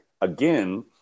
again